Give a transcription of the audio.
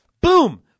Boom